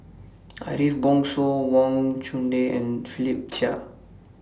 Ariff Bongso Wang Chunde and Philip Chia